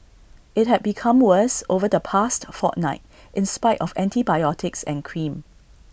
IT had become worse over the past fortnight in spite of antibiotics and cream